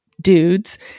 dudes